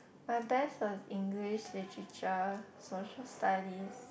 my best was English literature Social-Studies